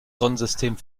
sonnensystem